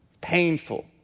Painful